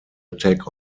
attack